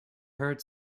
heard